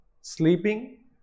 sleeping